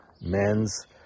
men's